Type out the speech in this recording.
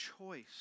choice